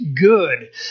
good